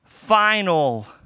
Final